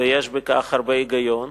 ויש בכך הרבה היגיון.